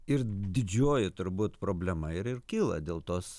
ir didžioji turbūt problema ir ir kyla dėl tos